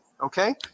Okay